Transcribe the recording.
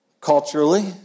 culturally